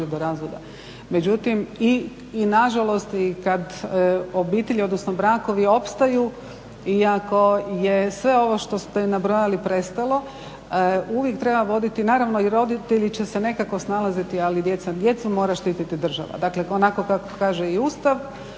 Međutim i nažalost i kada obitelji odnosno brakovi opstaju i ako je sve ovo što ste nabrojali prestalo uvijek treba voditi, naravno i roditelji će se nekako snalaziti ali djecu mora štiti država. Dakle, onako kako kaže i Ustav